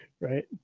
Right